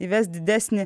įves didesnį